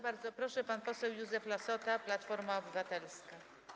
Bardzo proszę, pan poseł Józef Lassota, Platforma Obywatelska.